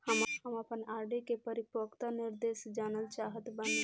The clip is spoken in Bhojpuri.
हम आपन आर.डी के परिपक्वता निर्देश जानल चाहत बानी